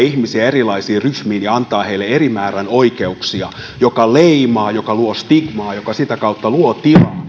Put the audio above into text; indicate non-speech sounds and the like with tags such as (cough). (unintelligible) ihmisiä erilaisiin ryhmiin ja antavat heille eri määrän oikeuksia jotka leimaavat jotka luovat stigmaa jotka sitä kautta luovat tilaa